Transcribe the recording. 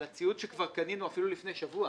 על הציוד שכבר קנינו אפילו לפני שבוע